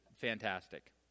fantastic